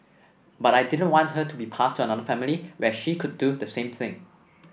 but I didn't want her to be passed to another family where she could do the same thing